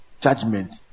Judgment